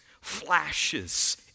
flashes